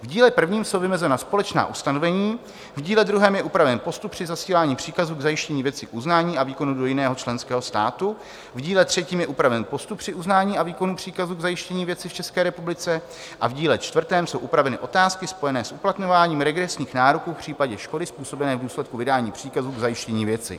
V díle prvním jsou vymezena společná ustanovení, v díle druhém je upraven postup při zasílání příkazu k zajištění věci k uznání a výkonu do jiného členského státu, v díle třetím je upraven postup při uznání a výkonu příkazu k zajištění věci v České republice a v díle čtvrtém jsou upraveny otázky spojené s uplatňováním regresních nároků v případě škody způsobené v důsledku vydání příkazu k zajištění věci.